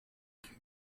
qu’est